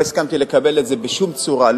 לא הסכמתי לקבל את זה בשום צורה,